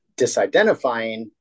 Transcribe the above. disidentifying